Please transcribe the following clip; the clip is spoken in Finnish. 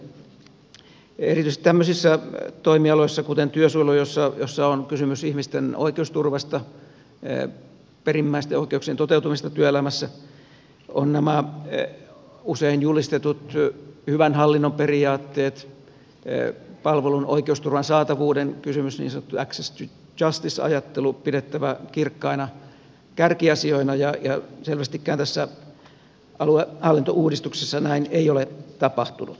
erityisesti tämmöisillä toimialoilla kuten työsuojelu jossa on kysymys ihmisten oikeusturvasta perimmäisten oikeuksien toteutumisesta työelämässä on nämä usein julistetut hyvän hallinnon periaatteet palvelun oikeusturvan saatavuuden kysymys niin sanottu access to justice ajattelu pidettävä kirkkaina kärkiasioina ja selvästikään tässä aluehallintouudistuksessa näin ei ole tapahtunut